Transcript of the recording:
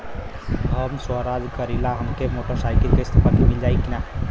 हम स्वरोजगार करीला हमके मोटर साईकिल किस्त पर मिल जाई का?